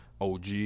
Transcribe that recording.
OG